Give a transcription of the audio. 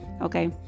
okay